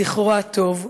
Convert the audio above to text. זכרו הטוב,